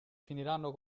finiranno